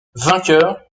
vainqueur